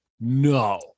no